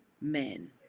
men